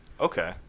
okay